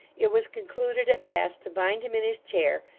it was concluded, at last, to bind him in his chair,